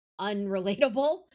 unrelatable